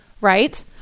right